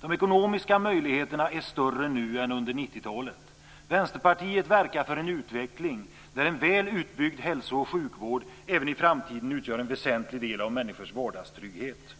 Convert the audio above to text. De ekonomiska möjligheterna är större nu än under 90-talet. Vänsterpartiet verkar för en utveckling där en väl utbyggd hälsooch sjukvård även i framtiden utgör en väsentlig del av människors vardagstrygghet.